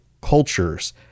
cultures